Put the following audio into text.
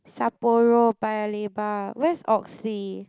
Sapporo Paya Lebar where's Oxley